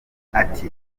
ati